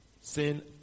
Sin